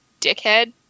dickhead